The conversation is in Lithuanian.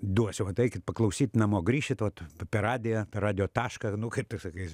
duosiu vat eikit paklausyt namo grįšit vat per radiją per radijo tašką nu kaip tais laikais